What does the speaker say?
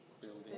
Building